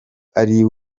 ari